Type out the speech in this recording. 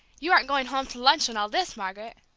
you aren't going home to lunch in all this, margaret?